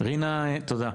תודה,